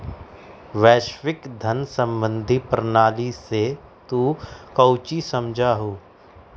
वैश्विक धन सम्बंधी प्रणाली से तू काउची समझा हुँ?